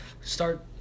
start